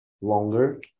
longer